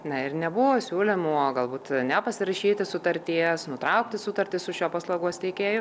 na ir nebuvo siūlymų o galbūt nepasirašyti sutarties nutraukti sutartį su šiuo paslaugos teikėju